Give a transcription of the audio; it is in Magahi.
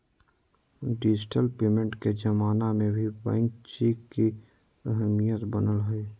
डिजिटल पेमेंट के जमाना में भी बैंक चेक के अहमियत बनल हइ